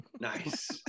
nice